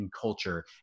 culture